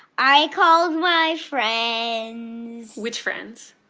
i called my friends which friends?